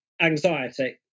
anxiety